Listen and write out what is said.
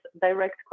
direct